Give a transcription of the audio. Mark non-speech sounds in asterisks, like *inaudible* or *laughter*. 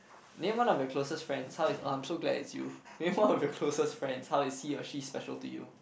name one of your closest friends how is I'm so glad it's you *laughs* name one of your closest friends how is he or she special to you